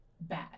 bad